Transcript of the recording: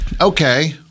Okay